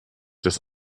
dass